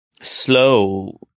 slow